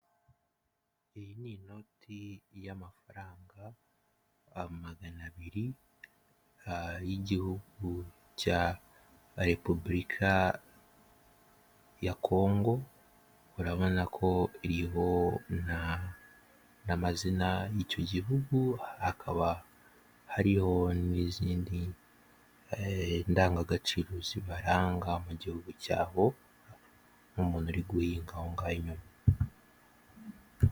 Iyi ni inoti y'amafaranga magana biri y'igihugu cya repubulika ya kongo, urabona ko iriho n'amazina y'icyo gihugu, hakaba hariho n'izindi ndangagaciro zibaranga mu gihugu cyabo nk'umuntu uri guhingaga inyuma.